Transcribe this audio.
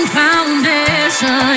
foundation